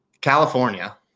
California